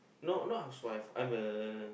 no not his wife I'm a